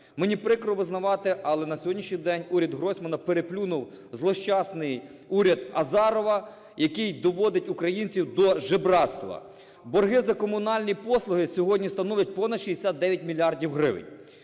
Мені прикро визначати, але на сьогоднішній день уряд Гройсмана переплюнув злощасний уряд Азарова, який доводить українців до жебрацтва. Борги за комунальні послуги сьогодні становлять понад 69 мільярдів гривень.